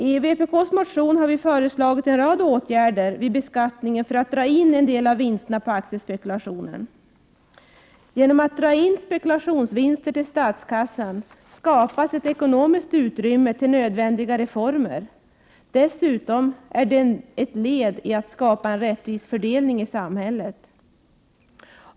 I vpk:s motion har vi föreslagit en rad åtgärder vid beskattningen för att dra in en del av vinsterna på aktiespekulation. Genom att dra in spekulationsvinster till statskassan skapas ett ekonomiskt utrymme för nödvändiga reformer. Dessutom är det ett led i att skapa en rättvis fördelning i samhället.